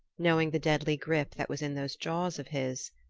knowing the deadly grip that was in those jaws of his,